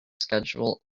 schedule